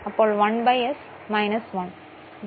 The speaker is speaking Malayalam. അപ്പോൾ 1 s 1